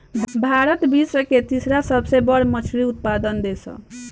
भारत विश्व के तीसरा सबसे बड़ मछली उत्पादक देश ह